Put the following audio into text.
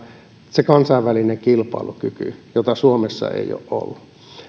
se kansainvälinen kilpailukyky jota suomessa ei ole ollut